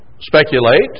Speculate